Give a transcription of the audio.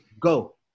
go